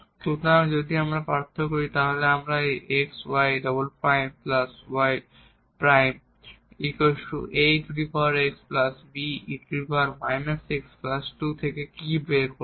সুতরাং যদি আমরা আবার পার্থক্য করি তাহলে আমরা এই xy " 2y' aex be x 2 থেকে কী বের করব